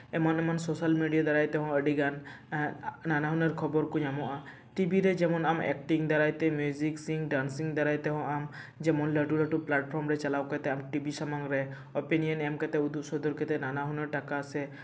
ᱮᱢᱟᱱ ᱮᱢᱟᱱ social media ᱫᱟᱨᱟᱭ ᱛᱮᱦᱚᱸ ᱟᱹᱰᱤᱜᱟᱱ ᱱᱟᱱᱟ ᱦᱩᱱᱟᱹᱨ ᱠᱷᱚᱵᱚᱨ ᱠᱚ ᱧᱟᱢᱚᱜᱼᱟ ᱴᱤᱵᱷᱤ ᱨᱮ ᱡᱮᱢᱚᱱ ᱟᱢ ᱮᱠᱴᱤᱝ ᱫᱟᱨᱟᱭ ᱛᱮ ᱢᱤᱣᱡᱤᱠ ᱥᱤᱝ ᱰᱮᱱᱥᱤᱝ ᱫᱟᱨᱟᱭ ᱛᱮᱦᱚᱸ ᱡᱮᱢᱚᱱ ᱞᱟᱹᱴᱩ ᱞᱟᱹᱴᱩ ᱯᱞᱟᱴᱯᱷᱚᱨᱚᱢ ᱨᱮ ᱪᱟᱞᱟᱣ ᱠᱟᱛᱮᱜ ᱟᱨ ᱴᱤᱵᱷᱤ ᱥᱟᱢᱟᱝ ᱨᱮ ᱳᱯᱮᱱᱤᱭᱚᱱ ᱮᱢ ᱠᱟᱛᱮᱜ ᱩᱫᱩᱜ ᱥᱚᱫᱚᱨ ᱠᱟᱛᱮᱜ ᱱᱟᱱᱟᱦᱩᱱᱟᱹᱨ ᱴᱟᱠᱟ ᱥᱮ